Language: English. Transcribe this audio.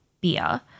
beer